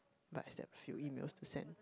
but still have few emails to send